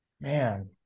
Man